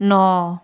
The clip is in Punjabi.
ਨੌ